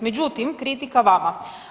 Međutim, kritika vama.